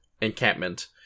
encampment